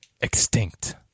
Extinct